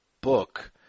book